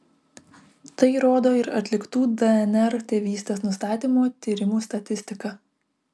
tai rodo ir atliktų dnr tėvystės nustatymo tyrimų statistika